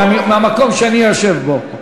מהמקום שאני יושב בו: